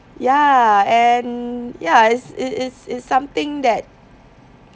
ya and ya it's it's it's something that